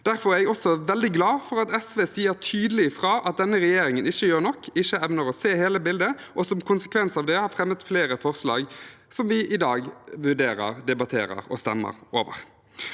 Derfor er jeg også veldig glad for at SV sier tydelig ifra at denne regjeringen ikke gjør nok og ikke evner å se hele bildet, og som konsekvens av det har fremmet flere forslag vi i dag vurderer, debatterer og stemmer over.